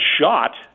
shot